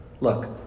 Look